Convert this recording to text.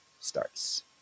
starts